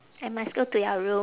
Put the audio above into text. I must go to your room